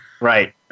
Right